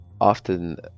often